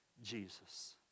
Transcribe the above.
Jesus